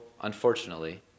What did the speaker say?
unfortunately